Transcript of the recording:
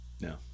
No